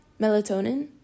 melatonin